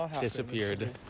disappeared